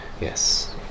Yes